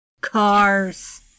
cars